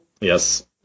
Yes